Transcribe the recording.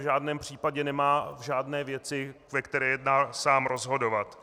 V žádném případě nemá v žádné věci, ve které jedná, sám rozhodovat.